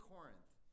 Corinth